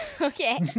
Okay